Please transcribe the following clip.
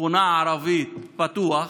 ושכונה ערביים פתוח,